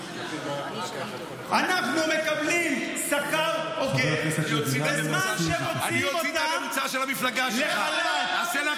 אנחנו מקבלים שכר הוגן בזמן שמוציאים אותם לחל"ת.